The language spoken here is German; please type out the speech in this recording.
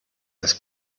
das